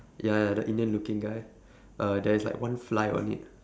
ya ya the indian looking guy uh there is like one fly on it